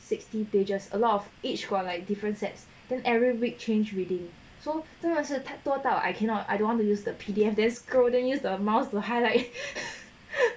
sixty pages a lot of each for like different sets then every week change reading so 真的是多到 I cannot I don't want to use the P_D_F then scroll then use the amounts to highlight